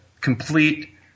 complete